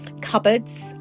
cupboards